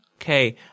okay